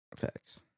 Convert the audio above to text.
Facts